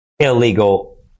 Illegal